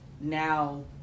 now